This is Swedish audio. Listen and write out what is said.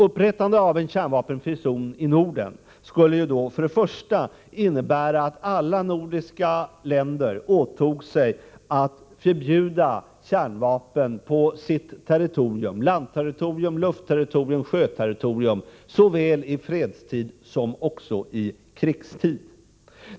Upprättandet av en kärnvapenfri zon i Norden skulle innebära att alla nordiska länder åtog sig att förbjuda kärnvapen på sitt territorium — landterritorium, luftterritorium och sjöterritorium — såväl i fredstid som i krigstid.